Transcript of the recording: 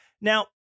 Now